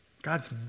God's